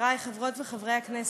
חברי חברות וחברי הכנסת,